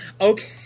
Okay